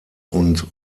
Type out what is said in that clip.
and